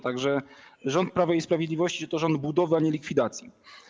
Tak że rząd Prawa i Sprawiedliwości to rząd budowy, a nie likwidacji.